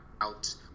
out